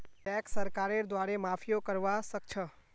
tax सरकारेर द्वारे माफियो करवा सख छ